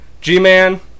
G-Man